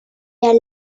der